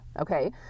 okay